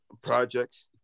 projects